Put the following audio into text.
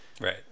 Right